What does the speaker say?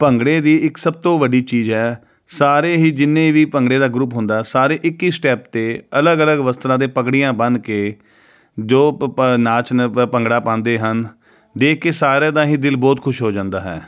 ਭੰਗੜੇ ਦੀ ਇੱਕ ਸਭ ਤੋਂ ਵੱਡੀ ਚੀਜ਼ ਹੈ ਸਾਰੇ ਹੀ ਜਿੰਨੇ ਵੀ ਭੰਗੜੇ ਦਾ ਗਰੁੱਪ ਹੁੰਦਾ ਸਾਰੇ ਇੱਕ ਈ ਸਟੈਪ ਤੇ ਅਲੱਗ ਅਲੱਗ ਵਸਤਰਾਂ ਦੇ ਪਗੜੀਆਂ ਬੰਨ ਕੇ ਜੋ ਨਾਚ ਭੰਗੜਾ ਪਾਉਂਦੇ ਹਨ ਦੇਖ ਕੇ ਸਾਰਿਆਂ ਦਾ ਹੀ ਦਿਲ ਬਹੁਤ ਖੁਸ਼ ਹੋ ਜਾਂਦਾ ਹੈ